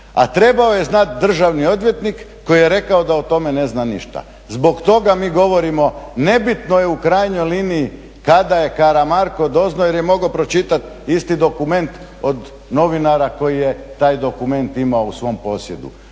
trebao je znati državni odvjetnik koji je rekao da o tome ne zna ništa. Zbog toga mi govorimo nebitno je u krajnjoj liniji kada je Karamarko doznao jel je mogao pročitati isti dokument od novinara koji je taj dokument imao u svom posjedu